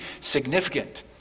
significant